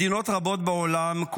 מדינות רבות בעולם,